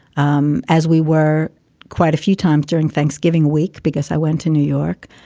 um as we were quite a few times during thanksgiving week, because i went to new york,